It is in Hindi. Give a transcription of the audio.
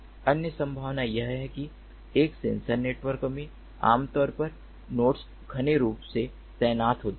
अन्य संभावना यह है कि एक सेंसर नेटवर्क में आमतौर पर नोड्स घने रूप से तैनात होते हैं